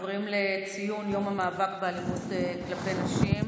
ייטול קורה מבין עיניו.